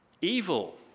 evil